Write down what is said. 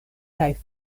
kaj